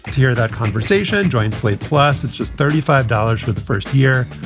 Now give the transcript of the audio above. hear that conversation jointly. plus, it's just thirty five dollars for the first year.